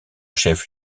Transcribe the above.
chef